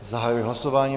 Zahajuji hlasování.